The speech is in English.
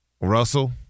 Russell